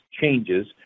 changes